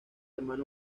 hermano